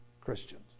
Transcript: Christians